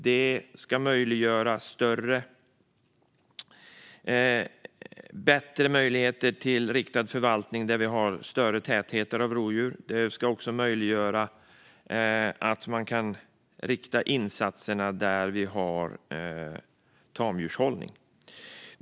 Detta ska ge bättre möjlighet till riktad förvaltning där det finns större täthet av rovdjur. Det ska också möjliggöra riktade insatser där det finns tamdjurshållning.